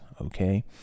okay